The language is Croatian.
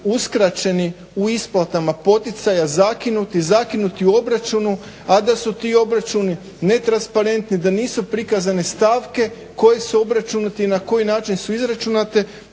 uskraćeni u isplatama poticaja, zakinuti, zakinuti u obračunu a da su ti obračuni ne transparentni, da nisu prikazane stavke koji su obračunati, na koji način su izračunate